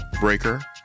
Breaker